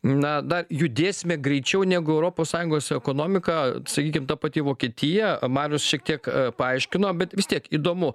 na dar judėsime greičiau negu europos sąjungos ekonomika sakykim ta pati vokietija marius šiek tiek paaiškino bet vis tiek įdomu